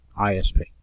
ISP